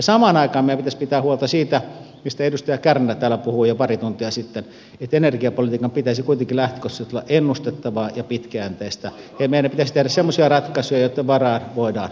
samaan aikaan meidän pitäisi pitää huolta siitä mistä edustaja kärnä täällä puhui jo pari tuntia sitten että energiapolitiikan pitäisi kuitenkin lähtökohtaisesti olla ennustettavaa ja pitkäjänteistä ja meidän pitäisi tehdä semmoisia ratkaisuja joitten varaan voidaan luottaa